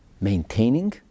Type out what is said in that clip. maintaining